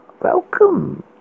Welcome